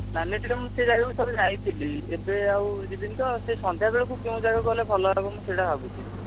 planetarium ସେଯାଗାକୁ ଥରେ ଯାଇଥିଲି ଏବେ ଆଉ ଯିବିନି ତ ସେ ସନ୍ଧ୍ୟା ବେଳକୁ କେଉଁ ଜାଗାକୁ ଗଲେ ଭଲ ହେବ ମୁଁ ସେଇଟା ଭାବୁଛି